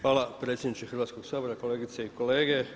Hvala predsjedniče Hrvatskog sabora, kolegice i kolege.